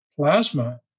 plasma